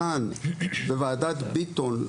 בוועדת ביטון,